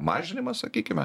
mažinimas sakykime